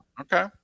Okay